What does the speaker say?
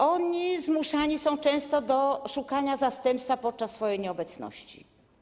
Oni zmuszani są często do szukania zastępstwa na czas ich nieobecności.